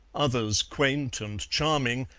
others quaint and charming,